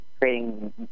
creating